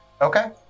Okay